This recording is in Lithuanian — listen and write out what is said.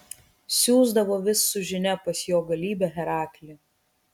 siųsdavo vis su žinia pas jo galybę heraklį